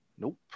Nope